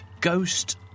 Ghost